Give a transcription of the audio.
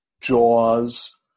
Jaws